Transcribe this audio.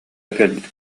кэлбит